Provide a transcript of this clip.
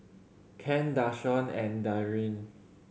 Ken Dashawn and Darryn